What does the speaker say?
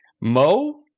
Mo